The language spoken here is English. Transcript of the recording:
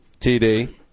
TD